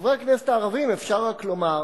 לחברי הכנסת הערבים אפשר רק לומר,